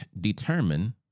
determine